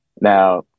Now